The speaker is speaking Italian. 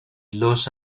los